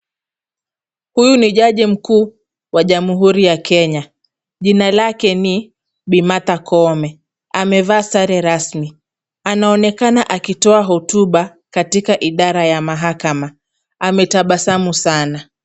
Huyu ni jaji mkuu wa jamhuri ya Kenya. Jina lake ni Bi. Martha Koome. Amevaa sare rasmi. Anaonekana akitoa hotuba katika idara ya mahakama. Ametabasamu sana.